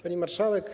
Pani Marszałek!